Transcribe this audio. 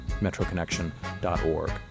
metroconnection.org